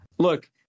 Look